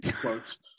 Quotes